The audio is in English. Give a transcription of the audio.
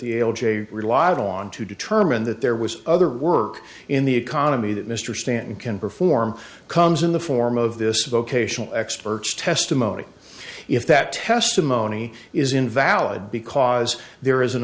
the relied on to determine that there was other work in the economy that mr stanton can perform comes in the form of this vocational expert testimony if that testimony is in valid because there is an